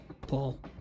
Paul